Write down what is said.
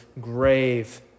grave